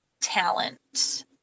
talent